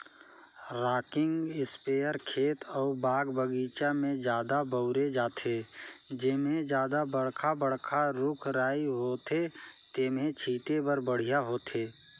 rocking sprayer खेत अउ बाग बगीचा में जादा बउरे जाथे, जेम्हे जादा बड़खा बड़खा रूख राई होथे तेम्हे छीटे बर बड़िहा होथे